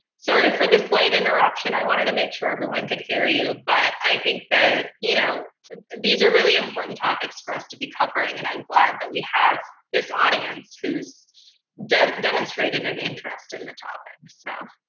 sorry for the slight interruption. i wanted to make sure everyone could hear you. but i think that you know these are really important topics for us to be covering. and i'm glad that we have this audience who's demonstrated an interest in the topic. so